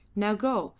now go,